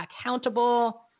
accountable